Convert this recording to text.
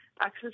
access